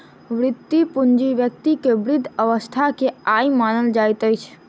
वृति पूंजी व्यक्ति के वृद्ध अवस्था के आय मानल जाइत अछि